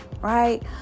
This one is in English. right